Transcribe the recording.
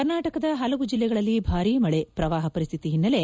ಕರ್ನಾಟಕದ ಹಲವು ಜಿಲ್ಲೆಗಳಲ್ಲಿ ಭಾರಿ ಮಳೆ ಪ್ರವಾಹ ಪರಿಸ್ಥಿತಿ ಹಿನ್ನೆಲೆ